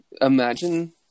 imagine